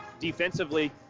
Defensively